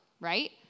right